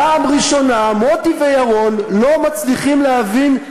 פעם ראשונה מוטי וירון לא מצליחים להבין,